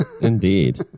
Indeed